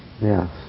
Yes